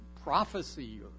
prophecy